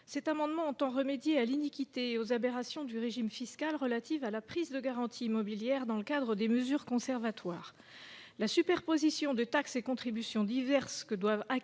Cet amendement tend à remédier à l'iniquité et aux aberrations du régime fiscal relatif à la prise de garanties immobilières dans le cadre des mesures conservatoires. La superposition de taxes et contributions diverses que doivent acquitter